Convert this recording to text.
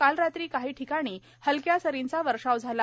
काल रात्री काही ठिकाणी हलक्या सरींचा वर्षाव झाला